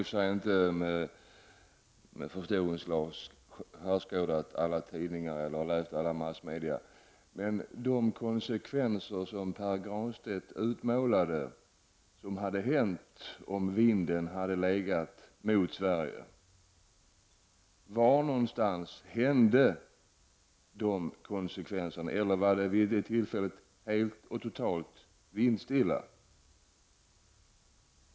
Jag har inte med förstoringsglas skärskådat alla tidningar eller följt rapporteringen i alla massmedia, och jag vill därför fråga Pär Granstedt var man fick de av honom utmålade konsekvenser som skulle ha inträffat, om vinden hade legat mot Sverige. Eller var det vid det tillfället helt vindstilla?